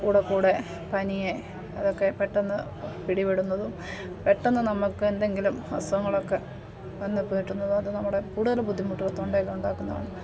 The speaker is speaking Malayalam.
കൂടെക്കൂടെ തനിയേ അതൊക്കെ പെട്ടന്ന് പിടിപ്പെടുന്നതും പെട്ടെന്ന് നമുക്കെന്തെങ്കിലും അസുഖങ്ങളൊക്കെ വന്നു പോകുന്നതും അത് നമ്മുടെ കൂടുതൽ ബുദ്ധിമുട്ടുകൾ തൊണ്ടയിലുണ്ടാക്കുന്നതാണ്